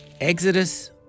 Exodus